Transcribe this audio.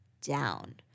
down